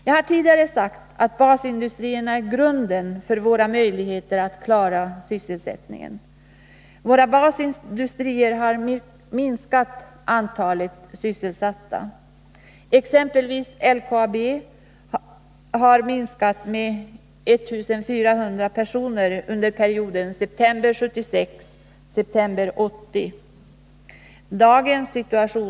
Jag har tidigare sagt att basindustrierna är grunden för våra möjligheter att klara sysselsättningen. Våra basindustrier har minskat antalet sysselsatta. Exempelvis LKAB har minskat med 1400 personer under perioden september 1976-september 1980.